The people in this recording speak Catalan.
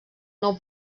nou